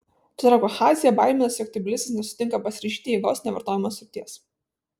tuo tarpu abchazija baiminasi jog tbilisis nesutinka pasirašyti jėgos nevartojimo sutarties